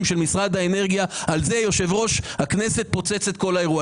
של משרד האנרגיה יושב-ראש הכנסת פוצץ את כל האירוע.